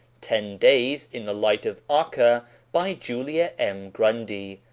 ten days in the light of acca by julia m. grundy.